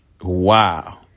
Wow